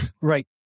Right